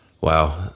wow